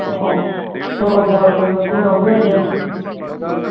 ꯑꯣ ꯇꯣꯔꯣꯕꯣꯠꯁꯨ ꯂꯧꯖꯒꯦ ꯑꯗꯒꯤ